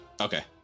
Okay